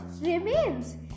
remains